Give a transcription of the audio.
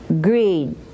Greed